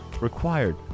required